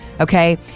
Okay